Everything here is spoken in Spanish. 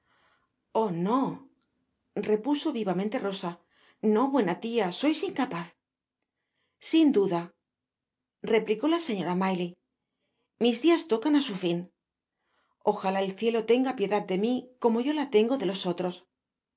no repuso vivamente rosa no buena tia sois incapaz sin duda replicó la señora maylie mis dias tocan á su fin ojalá el cielo lenga piedad de mi como yo la tengo de los otros